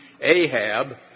Ahab